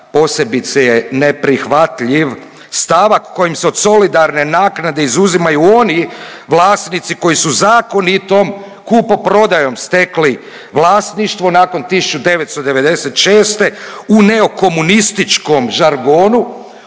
posebice je neprihvatljiv stavak kojim se od solidarne naknade izuzimaju oni vlasnici koji su zakonitom kupoprodajom stekli vlasništvo nakon 1996. u neokomunističkom žargonu